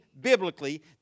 biblically